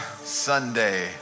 Sunday